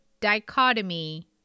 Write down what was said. dichotomy